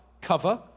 cover